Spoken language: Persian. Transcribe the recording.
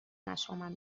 مشامم